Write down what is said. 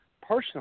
personally